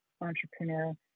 entrepreneur